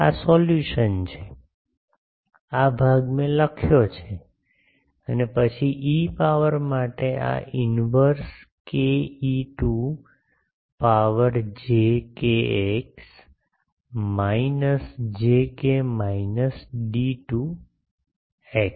આ સોલ્યુશન છે આ ભાગ મેં લખ્યો છે અને પછી ઇ પાવર માટે આ inverse k e to power j kx minus j k minus d to x